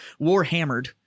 Warhammered